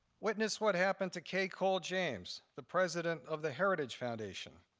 witness what happened to kay cole james, the president of the heritage foundation.